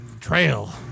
Trail